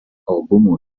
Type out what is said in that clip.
albumo